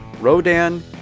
Rodan